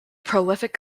prolific